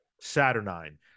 Saturnine